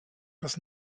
das